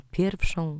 pierwszą